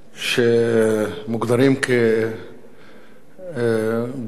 שמוגדרים גורמי טרור.